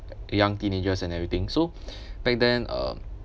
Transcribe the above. young teenagers and everything so back then uh